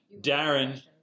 Darren